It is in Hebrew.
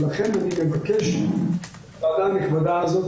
ולכן אני מבקש מהוועדה הנכבדה הזאת,